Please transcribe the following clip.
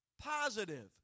positive